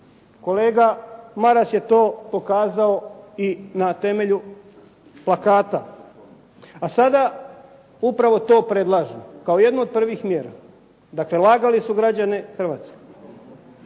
Kolega Maras je to pokazao i na temelju plakata. A sada upravo to predlažu kao jednu od privih mjera. Dakle, lagali su građane Hrvatske.